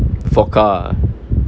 for car ah